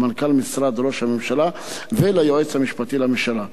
למנכ"ל משרד ראש הממשלה וליועץ המשפטי לממשלה.